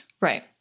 Right